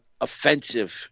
offensive